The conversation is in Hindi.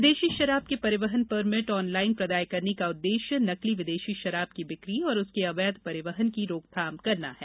विदेशी शराब के परिवहन परमिट ऑनलाइन प्रदाय करने का उददेश्य नकली विदेशी शराब की बिकी और उसके अवैध परिवहन की रोकथाम करना है